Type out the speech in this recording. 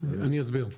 אני אסביר,